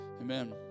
Amen